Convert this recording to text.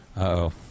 Uh-oh